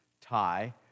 tie